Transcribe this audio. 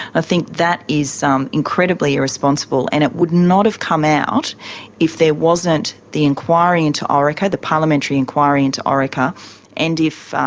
i think that is incredibly irresponsible, and it would not have come out if there wasn't the inquiry into orica the parliamentary inquiry into orica and if.